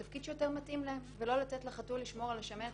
שמתאים להם יותר ולא לתת לחתול לשמור על השמנת.